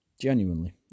Genuinely